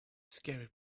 scary